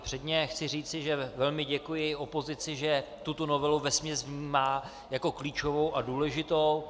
Předně chci říci, že velmi děkuji opozici, že tuto novelu vesměs vnímá jako klíčovou a důležitou.